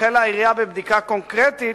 החלה העירייה בבדיקה קונקרטית